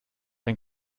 ein